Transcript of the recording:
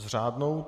S řádnou?